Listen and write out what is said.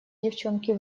девчонки